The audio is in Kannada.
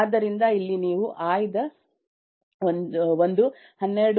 ಆದ್ದರಿಂದ ಇಲ್ಲಿ ನೀವು ಆಯ್ದ ಒಂದು 12